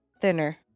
thinner